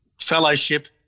fellowship